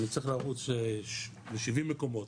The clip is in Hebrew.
אני צריך לרוץ לשבעים מקומות